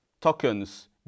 tokens